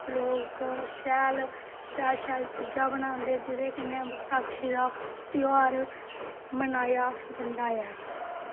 लोग शैल शैल शैल चीजां बनांदे जेह्दे कन्नै बसाखी दा ध्यार बनाया जंदा ऐ